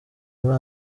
muri